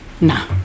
No